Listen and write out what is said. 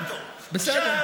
בסדר.